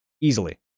easily